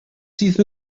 sydd